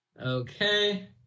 Okay